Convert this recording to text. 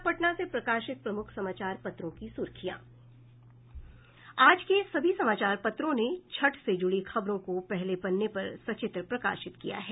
अब पटना से प्रकाशित प्रमुख समाचार पत्रों की सुर्खियां आज के सभी समाचार पत्रों ने छठ से जुड़ी खबरों को पहले पन्ने पर सचित्र प्रकाशित किया है